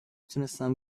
تونستم